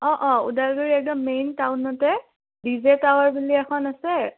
অঁ অঁ ওদালগুৰি একদম মেইন টাউনতে ডি জে টাৱাৰ বুলি এখন আছে